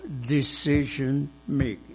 decision-making